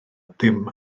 ddim